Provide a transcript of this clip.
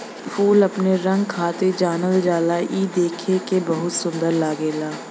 फूल अपने रंग खातिर जानल जाला इ देखे में बहुते सुंदर लगला